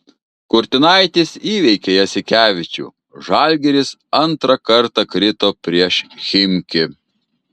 kurtinaitis įveikė jasikevičių žalgiris antrą kartą krito prieš chimki